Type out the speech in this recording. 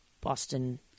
Boston